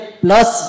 plus